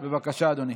בבקשה, אדוני.